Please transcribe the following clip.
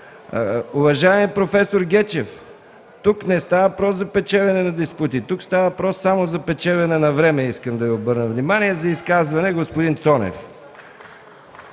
Уважаеми проф. Гечев, тук не става въпрос за печелене на диспути, а става въпрос само за печелене на време – искам да Ви обърна внимание. За изказване – господин Цонев.